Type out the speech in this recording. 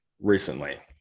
recently